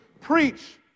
preach